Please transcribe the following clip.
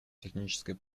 технической